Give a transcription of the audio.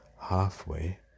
halfway